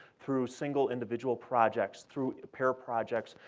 through single, individual projects, through pair projects,